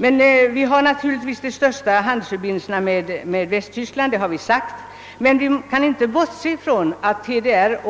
Naturligtvis har vi våra största handelsförbindelser med Västtyskland — det har vi också framhållit i vår motion — men vi kan inte bortse från att TDR